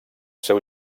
seu